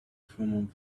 from